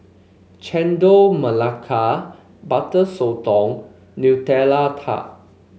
Chendol Melaka Butter Sotong Nutella Tart